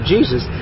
Jesus